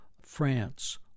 France